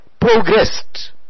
progressed